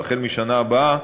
והחל מהשנה הבאה